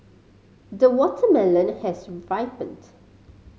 the watermelon has ripened